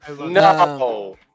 No